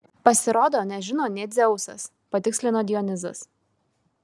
pasirodo nežino nė dzeusas patikslino dionizas